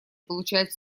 получают